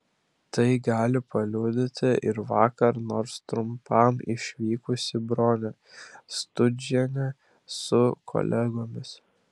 tai gali paliudyti ir vakar nors trumpam išvykusi bronė stundžienė su kolegomis